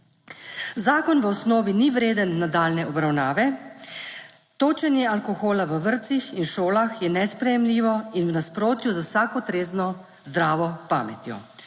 Zakon v osnovi ni vreden nadaljnje obravnave. Točenje alkohola v vrtcih in šolah je nesprejemljivo in v nasprotju z vsako trezno, zdravo pametjo.